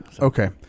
Okay